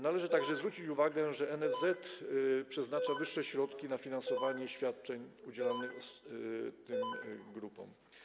Należy także zwrócić uwagę, że NFZ przeznacza wyższe środki na finansowanie świadczeń udzielanych tym grupom.